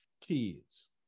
kids